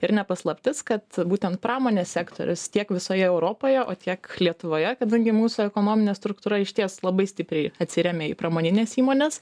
ir ne paslaptis kad būtent pramonės sektorius tiek visoje europoje o tiek lietuvoje kadangi mūsų ekonominė struktūra išties labai stipriai atsiremia į pramonines įmones